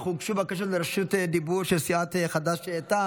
אך הוגשו בקשות לרשות דיבור של סיעת חד"ש-תע"ל,